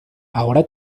ahora